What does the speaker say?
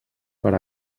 per